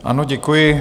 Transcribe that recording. Ano, děkuji.